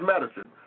medicine